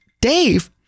Dave